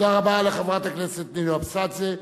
תודה רבה לחברת הכנסת נינו אבסדזה.